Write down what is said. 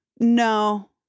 no